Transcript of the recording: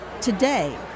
today